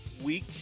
week